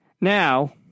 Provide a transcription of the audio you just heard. Now